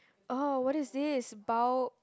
orh what is this bow